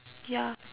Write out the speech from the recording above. ya